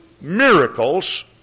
miracles